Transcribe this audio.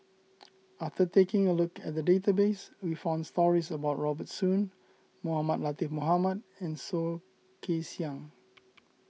after taking a look at the database we found stories about Robert Soon Mohamed Latiff Mohamed and Soh Kay Siang